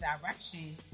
direction